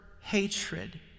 hatred